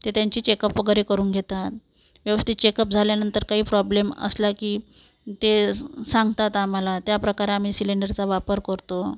ते त्यांची चेकअप वगैरे करून घेतात व्यवस्थित चेकअप झाल्यानंतर काही प्रॉब्लेम असला की ते सांगतात आम्हाला त्या प्रकारा आम्ही सिलेंडरचा वापर करतो